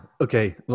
Okay